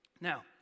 Now